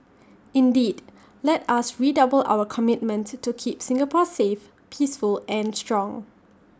indeed let us redouble our commitment to keep Singapore safe peaceful and strong